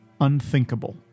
unthinkable